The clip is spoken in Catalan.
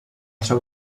seu